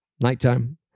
Nighttime